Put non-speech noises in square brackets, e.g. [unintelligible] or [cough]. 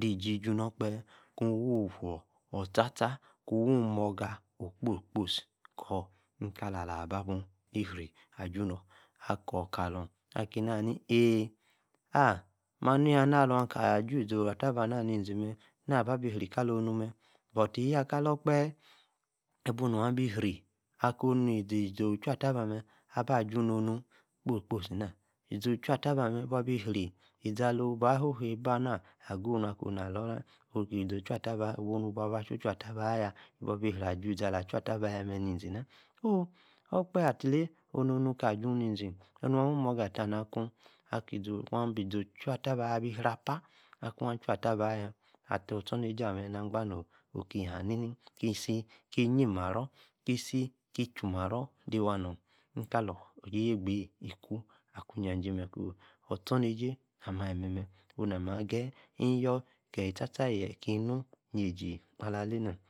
disi-dun- nokpake kuu wi-Ofua kor, taa, taa- Kun wee moga Kor Okposi kposi Kor, ni kala-bi-iri, abun Korkalor, kane-ane haa nii ga alik, rian. tha alox alaki, asuu, Ola-allaaba nizi-mer na abiri kalonu mee, but yan ka tephe okphe ii- buo noi abi [unintelligible] lze-Ochu-atlaban-amme abi rry, iziaw ba, yebaa-anamee, izi ocho-atlan-ba-buo bi riy izi alo, ayibar aguu mee, nu buo ka-acha-atlabaa mee, onu buo bi-si aju izi ali achu araaba yamee, uu, oklake attilane oru taa, suu-ni-izi, onu awi-morgah attanak Akuu, abi-izi ochattaba abi re-apa, akun acha-atiaba-ayag, atiaa- Ostor-nasi amee, agsan-ki-si-ki, Jimarior, ki-si-ki-chu- martar de waa, noo, kalí- yabea taa-bi-si ikuu, akwaa isasay Mee Koo, ostormalay asamee, onamee, ageyi-ki-yoo Ki Haantaa yaa nuu, yesi alaadanaa.